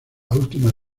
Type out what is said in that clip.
última